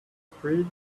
street